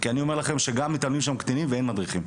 כי אני אומר לכם שגם מתאמנים שם קטינים ואין מדריכים,